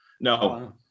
No